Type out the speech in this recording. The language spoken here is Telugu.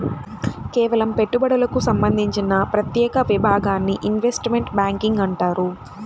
కేవలం పెట్టుబడులకు సంబంధించిన ప్రత్యేక విభాగాన్ని ఇన్వెస్ట్మెంట్ బ్యేంకింగ్ అంటారు